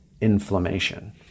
inflammation